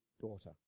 daughter